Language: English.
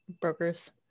brokers